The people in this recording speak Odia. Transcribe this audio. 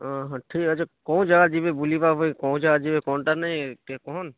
ଅ ହଁ ଠିକ୍ ଅଛି କେଉଁ ଯାଗେ ଯିବି ବୁଲିବା ପାଇଁ କେଉଁ ଯାଗା ଯିବି କଣଟା ନେଇ ଟିକେ କହନ୍